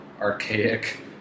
archaic